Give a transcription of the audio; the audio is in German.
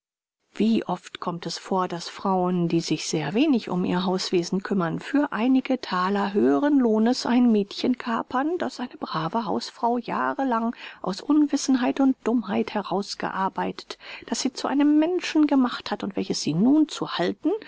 wie oft kommt es vor daß frauen die sich sehr wenig um ihr hauswesen kümmern für einige thaler höheren lohnes ein mädchen kapern das eine brave hausfrau jahrelang aus unwissenheit und dummheit herausgearbeitet das sie zu einem menschen gemacht hat und welches sie nun zu halten